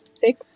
take